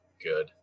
good